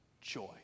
joy